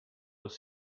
was